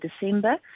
December